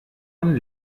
man